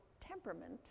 temperament